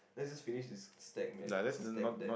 let's just finish stack man stack deck